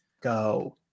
go